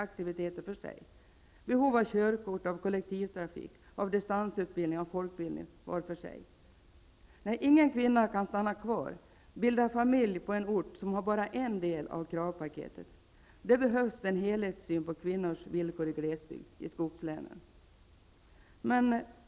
Det går inte att isolera och behandla behov av körkort, av kollektivtrafik, av distansutbildning, av folkbildning var för sig. Ingen kvinna kan stanna kvar och bilda familj på en ort som uppfyller bara en del av kravpaketet. Det behövs en helhetssyn på kvinnors villkor i glesbygd, i skogslänen.